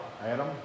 Adam